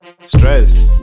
stressed